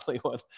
one